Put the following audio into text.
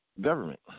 government